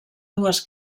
dues